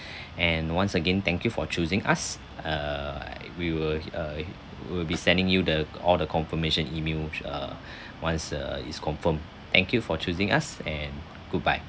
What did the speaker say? and once again thank you for choosing us err we will uh will be sending you the all the confirmation emails err once uh is confirm thank you for choosing us and goodbye